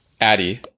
Addie